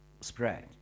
spread